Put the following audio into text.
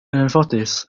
anffodus